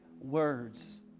words